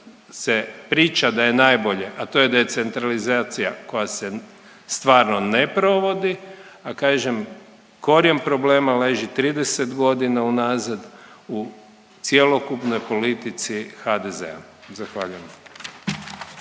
se priča da je najbolje, a to je da je centralizacija koja se stvarno ne provodi, a kažem korijen problema leži 30 godina unazad u cjelokupnoj politici HDZ-a. Zahvaljujem.